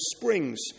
springs